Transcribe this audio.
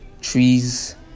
trees